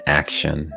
action